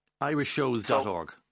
irishshows.org